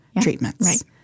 treatments